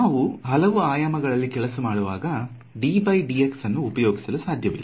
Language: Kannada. ನಾವು ಹಲವು ಆಯಾಮಗಳಲ್ಲಿ ಕೆಲಸ ಮಾಡುವಾಗ ಅನ್ನು ಉಪಯೋಗಿಸಲು ಸಾಧ್ಯವಿಲ್ಲ